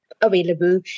available